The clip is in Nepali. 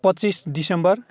पच्चिस दिसम्बर